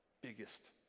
biggest